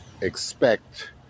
expect